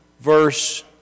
verse